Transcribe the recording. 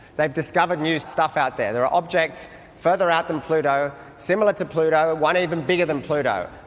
they've discovered new stuff out there. there are objects farther out than pluto, similar to pluto, one even bigger than pluto.